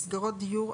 מסגרות דיור,